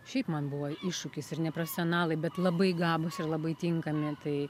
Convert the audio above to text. šiaip man buvo iššūkis ir neprofesionalai bet labai gabūs ir labai tinkami tai